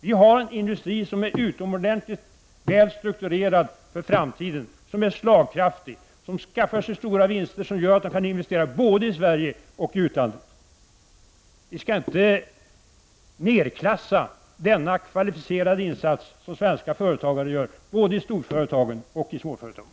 Vi har en industri som är utomordentligt väl strukturerad för framtiden. Den är slagkraftig och skaffar sig stora vinster som gör att den kan investera både i Sverige och i utlandet. Vi kan inte nedklassa denna kvalificerade insats som görs av svenska företagare, både i storföretagen och i småföretagen.